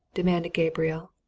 demanded gabriel.